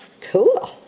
Cool